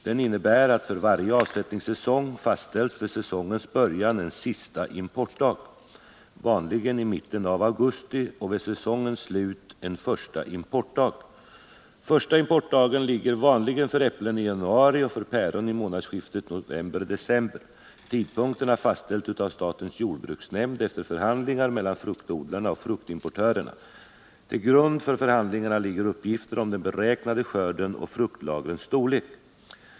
Den innebär att för varje avsättningssäsong fastställs vid säsongens början en sista importdag, vanligen i mitten av augusti, och vid säsongens slut en första importdag. Första importdagen ligger vanligen för äpplen i januari och för päron i månadsskiftet november-december. Tidpunkterna fastställs av statens jordbruksnämnd efter förhandlingar mellan fruktodlarna och fruktimportörerna. Till grund för förhandlingarna ligger uppgifter om den beräknade skörden och fruktlagrens storlek.